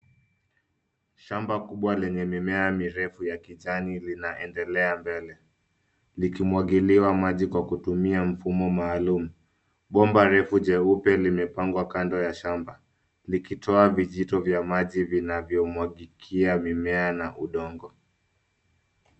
Shamba kubwa lenye mimea mirefu ya kijani linaendelea mbele likimwagiliwa maji kwa kutumia mfumo maalum. Bomba refu jeupe limepengwa kando ya shamba likitoa vijito vya maji vinavyomwagikia mimea na udongo.